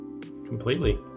Completely